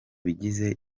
bigize